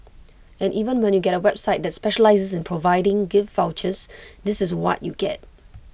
and even when you get A website that specialises in providing gift vouchers this is what you get